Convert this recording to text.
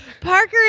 Parker